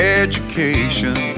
education